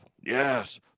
Yes